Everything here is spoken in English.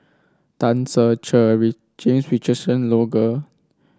Tan Ser Cher James Richardson Logan